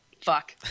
Fuck